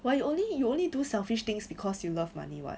but you only you only do selfish things because you love money [what]